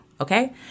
okay